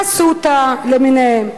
"אסותא" למיניהם.